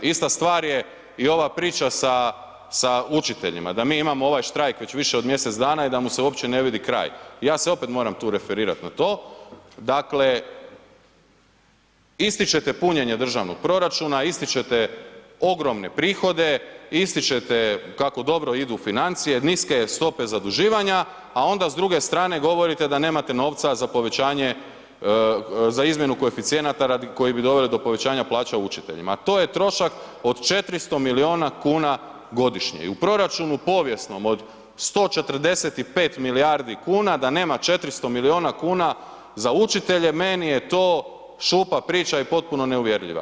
Ista stvar je i ova priča sa, sa učiteljima, da mi imamo ovaj štrajk već više od mjesec dana i da mu se uopće ne vidi kraj, ja se opet moram tu referirat na to, dakle ističete punjenje državnog proračuna, ističete ogromne prihode, ističete kako dobro idu financije, niske stope zaduživanja, a onda s druge strane govorite da nemate novca za povećanje, za izmjenu koeficijenata radi koji bi doveli do povećanja plaća učiteljima, a to je trošak od 400 milijuna kuna godišnje i u proračunu povijesnom od 145 milijardi kuna da nema 400 milijuna kuna za učitelje, meni je to šuplja priča i potpuno neuvjerljiva.